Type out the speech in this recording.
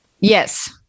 Yes